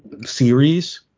series